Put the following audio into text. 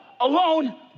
alone